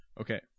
Okay